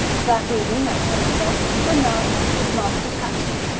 that evening, at ten o'clock, bernard left his master's house,